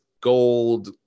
gold